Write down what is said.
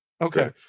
Okay